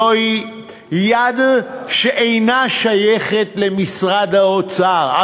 זוהי יד שאינה שייכת למשרד האוצר.